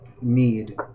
need